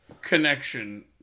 connection